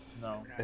No